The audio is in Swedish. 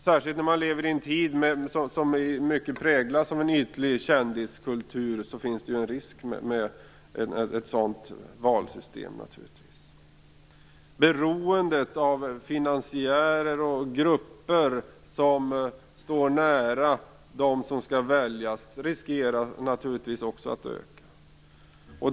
Särskilt i en tid som i hög grad präglas av en ytlig kändiskultur finns det en risk med ett sådant valsystem. Beroendet av finansiärer och grupper som står nära dem som skall väljas riskerar naturligtvis också att öka.